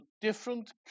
different